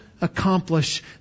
accomplish